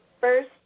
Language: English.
first